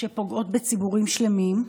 שפוגעות בציבורים שלמים,